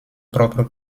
propre